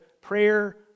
prayer